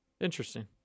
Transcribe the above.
interesting